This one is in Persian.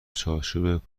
چارچوب